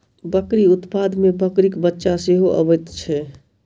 बकरी उत्पाद मे बकरीक बच्चा सेहो अबैत छै